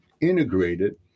integrated